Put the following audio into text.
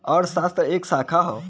अर्थशास्त्र क एक शाखा हौ